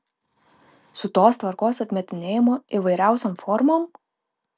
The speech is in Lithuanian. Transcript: su tos tvarkos atmetinėjimu įvairiausiom formom